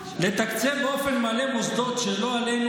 לתקצב באופן מלא מוסדות שלא עלינו,